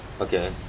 okay